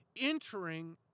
entering